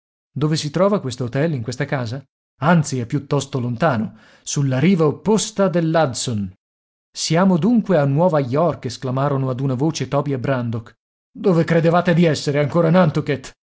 dove si trova questo htel in questa casa anzi è piuttosto lontano sulla riva opposta dell'hudson siamo dunque a nuova york esclamarono ad una voce toby e brandok dove credevate di essere ancora a nantucket